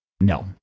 no